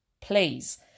please